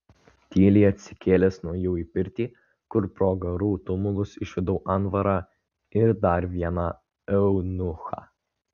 tyliai atsikėlęs nuėjau į pirtį kur pro garų tumulus išvydau anvarą ir dar vieną eunuchą